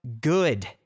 good